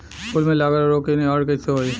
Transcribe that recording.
फूल में लागल रोग के निवारण कैसे होयी?